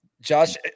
Josh